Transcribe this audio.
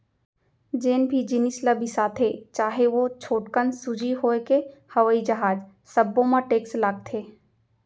जेन भी जिनिस ल बिसाथे चाहे ओ छोटकन सूजी होए के हवई जहाज सब्बो म टेक्स लागथे